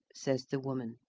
says the woman.